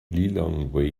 lilongwe